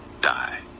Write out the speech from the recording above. die